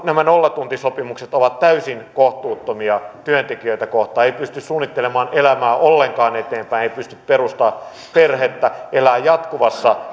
nämä nollatuntisopimukset ovat täysin kohtuuttomia työntekijöitä kohtaan ei pysty suunnittelemaan elämää ollenkaan eteenpäin ei pysty perustamaan perhettä elää jatkuvassa